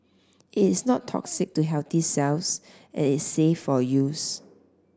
it is not toxic to healthy cells and is safe for use